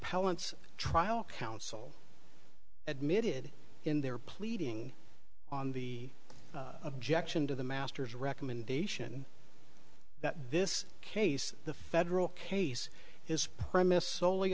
appellants trial counsel admitted in their pleading on the objection to the masters recommendation that this case the federal case his premise s